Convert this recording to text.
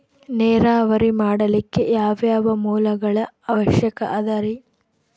ನೇರಾವರಿ ಮಾಡಲಿಕ್ಕೆ ಯಾವ್ಯಾವ ಮೂಲಗಳ ಅವಶ್ಯಕ ಅದರಿ?